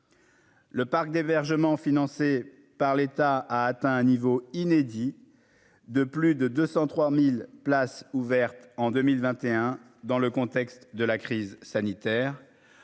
Le parc d'hébergement, financé par l'État a atteint un niveau inédit de plus de 203000 places ouvertes en 2021, dans le contexte. De la crise sanitaire